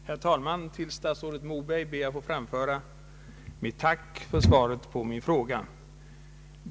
Herr talman! Till statsrådet Moberg ber jag att få framföra mitt tack för svaret på min fråga.